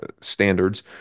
standards